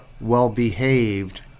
well-behaved